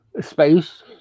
space